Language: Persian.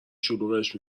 شلوغش